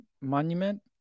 Monument